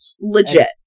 Legit